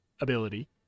ability